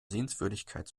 sehenswürdigkeit